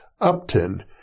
Upton